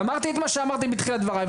ואמרתי את מה שאמרתי בתחילת דבריי,